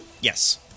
Yes